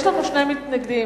יש לנו שני מתנגדים.